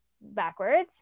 backwards